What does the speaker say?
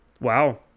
Wow